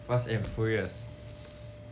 fast and furious